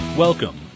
Welcome